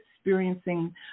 experiencing